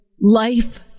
life